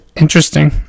Interesting